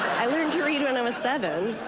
i learned to read when i was seven.